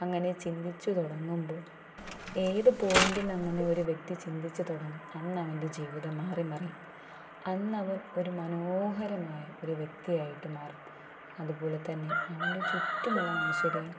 അങ്ങനെ ചിന്തിച്ചു തുടങ്ങുമ്പോൾ ഏതു പോയിൻറ്റിലങ്ങനൊരു വ്യക്തി ചിന്തിച്ചു തുടങ്ങും അന്നവൻ്റെ ജീവിതം മാറി മറിയും അന്നവൻ ഒരു മനോഹരമായ ഒരു വ്യക്തി ആയിട്ടു മാറും അതു പോലെത്തന്നെ അവൻ്റെ ചുറ്റുമുള്ള മനുഷ്യരെയും